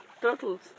turtles